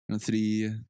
three